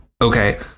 Okay